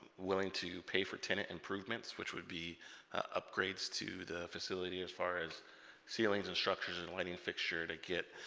willing to pay for tenant improvements which would be upgrades to the facility as far as ceilings and structures and lighting fixture to get